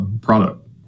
product